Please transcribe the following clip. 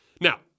Now